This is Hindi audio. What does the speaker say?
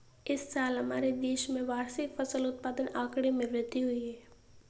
इस साल हमारे देश में वार्षिक फसल उत्पादन आंकड़े में वृद्धि हुई है